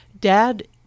Dad